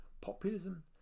populism